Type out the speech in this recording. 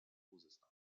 خوزستان